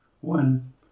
One